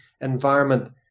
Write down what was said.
environment